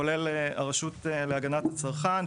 כולל הרשות להגנת הצרכן,